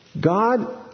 God